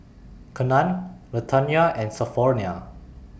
Kenan Latanya and Sophronia